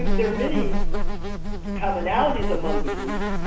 there are many commonalities among the groups,